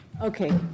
Okay